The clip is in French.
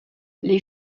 les